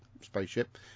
spaceship